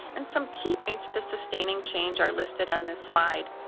and some key points to sustaining change are listed on this slide,